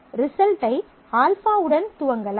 ரிசல்ட்டை α உடன் துவங்கலாம்